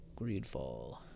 Greedfall